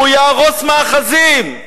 שהוא יהרוס מאחזים.